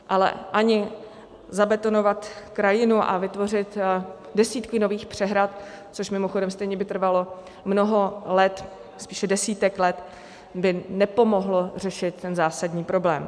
Ale ani zabetonovat krajinu a vytvořit desítky nových přehrad, což mimochodem stejně by trvalo mnoho let, spíše desítek let, by nepomohlo řešit zásadní problém.